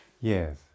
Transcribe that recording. Yes